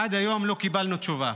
עד היום לא קיבלנו תשובה.